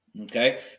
Okay